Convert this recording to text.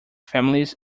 families